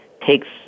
takes